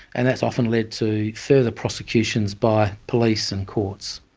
and that's often led to further prosecutions by police and courts.